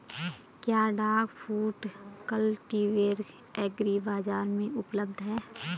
क्या duck foot cultivator agri बाज़ार में उपलब्ध है?